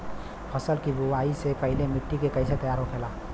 फसल की बुवाई से पहले मिट्टी की कैसे तैयार होखेला?